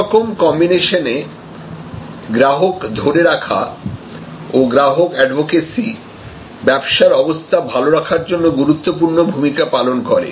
সব রকম কম্বিনেশনে গ্রাহক ধরে রাখা ও গ্রাহক অ্যাডভোকেসি ব্যবসার অবস্থা ভালো রাখার জন্য গুরুত্বপূর্ণ ভূমিকা পালন করে